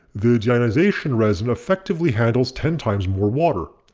the deionization resin effectively handles ten times more water.